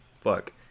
Fuck